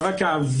כבר מיום שישי,